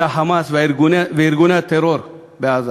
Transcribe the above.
זה ה"חמאס" וארגוני הטרור בעזה.